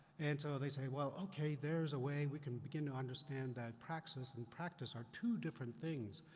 and so they say, well okay there's a way we can begin to understand that praxis and practice are two different things.